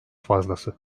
fazlası